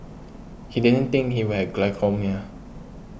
he didn't think he would have glaucoma